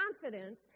confidence